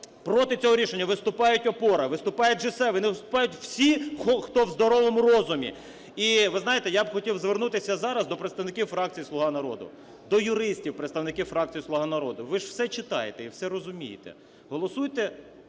проти цього рішення виступає "Опора", виступає G7, виступають всі, хто в здоровому розумі. І ви знаєте, я б хотів звернутися зараз до представників фракції "Слуга народу", до юристів – представників фракції "Слуга народу": ви ж все читаєте і все розумієте, голосуйте,